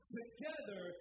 together